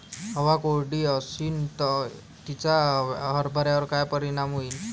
हवा कोरडी अशीन त तिचा हरभऱ्यावर काय परिणाम होईन?